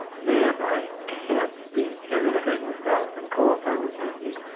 man i can't be anything without nicole if i didn't have you